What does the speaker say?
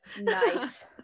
Nice